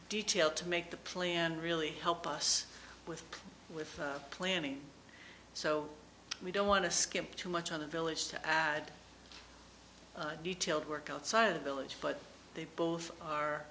detail to make the plan really help us with with planning so we don't want to skimp too much on the village to detailed work outside the village but they both are